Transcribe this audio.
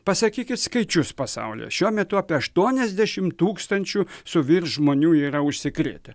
pasakykit skaičius pasaulyje šiuo metu apie aštuoniasdešimt tūkstančių su virš žmonių yra užsikrėtę